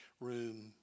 room